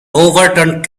overturned